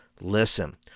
listen